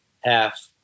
half